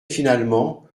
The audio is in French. finalement